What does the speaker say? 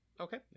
Okay